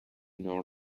nor